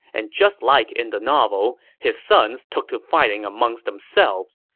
and just like in the novel, his sons took to fighting amongst themselves.